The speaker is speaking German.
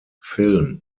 film